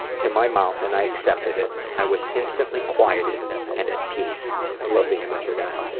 to my mouth, and i accepted it. i was instantly quieted and at peace. i love the image of that.